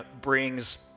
brings